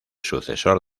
sucesor